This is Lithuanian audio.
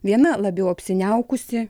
viena labiau apsiniaukusi